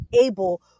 able